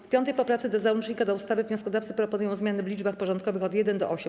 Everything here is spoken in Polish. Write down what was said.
W 5. poprawce do załącznika do ustawy wnioskodawcy proponują zmiany w liczbach porządkowych od 1 do 8.